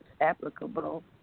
applicable